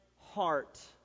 heart